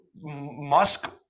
Musk